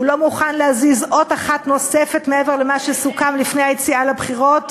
הוא לא מוכן להזיז אות אחת נוספת מעבר למה שסוכם לפני היציאה לבחירות.